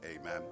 amen